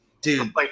dude